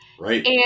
right